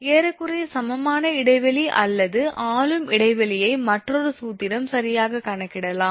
ஏறக்குறைய சமமான இடைவெளி அல்லது ஆளும் இடைவெளியை மற்றொரு சூத்திரம் சரியாகக் கணக்கிடலாம்